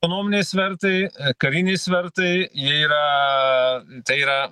nuomone svertai kariniai svertai jie yra tai yra